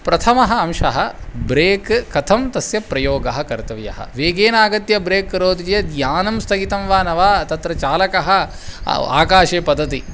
प्रथमः अंशः ब्रेक् कथं तस्य प्रयोगः कर्तव्यः वेगेन आगत्य ब्रेक् करोति चेत् यानं स्थगितं वा न वा तत्र चालकः आकाशे पतति